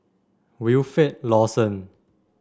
Wilfed Lawson